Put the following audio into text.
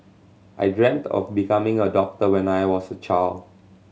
I dreamt of becoming a doctor when I was a child